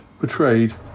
Betrayed